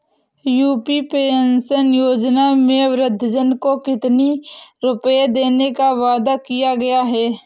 UP pension योजना में वृद्धजन को कितनी रूपये देने का वादा किया गया है?